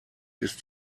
ist